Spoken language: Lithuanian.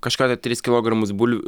kažkada tris kilogramus bulvių